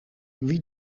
wie